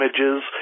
images